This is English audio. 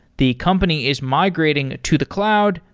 the company is migrating to the cloud,